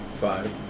five